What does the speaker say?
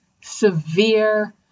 severe